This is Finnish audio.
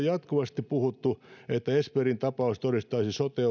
jatkuvasti puhuttu että esperin tapaus todistaisi sote